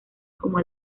como